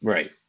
Right